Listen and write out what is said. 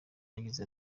yagize